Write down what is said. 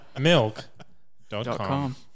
Milk.com